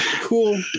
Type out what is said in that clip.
cool